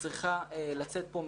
שצריכה לצאת פה.